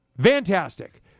Fantastic